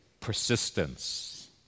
persistence